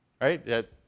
right